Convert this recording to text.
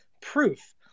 proof